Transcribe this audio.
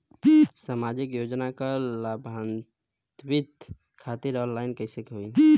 सामाजिक योजना क लाभान्वित खातिर ऑनलाइन कईसे होई?